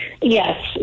yes